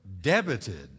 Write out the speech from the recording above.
debited